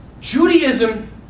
Judaism